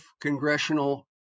congressional